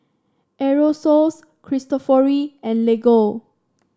Aerosoles Cristofori and Lego